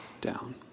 down